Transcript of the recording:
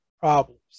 problems